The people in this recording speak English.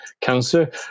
cancer